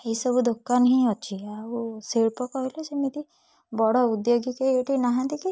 ଏହିସବୁ ଦୋକାନ ହିଁ ଅଛି ଆଉ ଶିଳ୍ପ କହିଲେ ସେମିତି ବଡ଼ ଉଦ୍ୟୋଗିକି ଏଇଠି ନାହାନ୍ତି କି